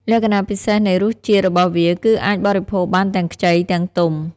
លក្ខណៈពិសេសនៃរសជាតិ របស់វា គឺអាចបរិភោគបានទាំងខ្ចី ទាំងទុំ។